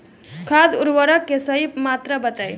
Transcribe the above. खाद उर्वरक के सही मात्रा बताई?